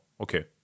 Okay